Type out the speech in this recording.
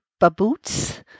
baboots